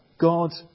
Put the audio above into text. God